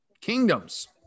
Kingdoms